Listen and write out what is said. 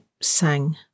sang